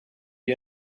you